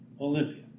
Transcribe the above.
Olympia